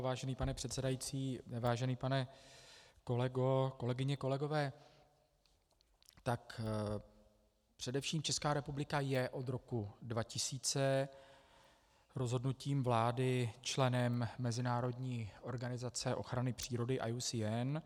Vážený pane předsedající, vážený pane kolego, kolegyně, kolegové, především Česká republika je od roku 2000 rozhodnutím vlády členem Mezinárodní organizace ochrany přírody IUCN.